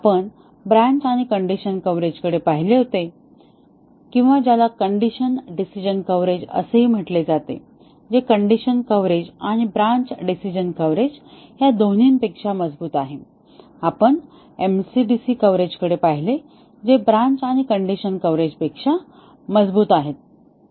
आपण ब्रान्च आणि कंडीशन कव्हरेजकडे पाहिले होते किंवा ज्याला कंडिशन डिसिजन कव्हरेज असेही म्हटले जाते जे कंडीशन कव्हरेज आणि ब्रान्च डिसिजन कव्हरेज या दोन्हीपेक्षा मजबूत आहे आणि आपण एमसीडीसी कव्हरेजकडे पाहिले जे ब्रान्च आणि कंडीशन कव्हरेजपेक्षा मजबूत आहे